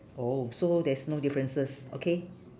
oh so there's no differences okay